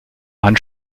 man